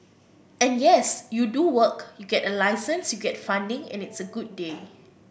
and yes you do work you get a license you get funding and it's a good day